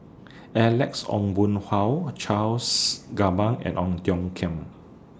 Alex Ong Boon Hau Charles Gamba and Ong Tiong Khiam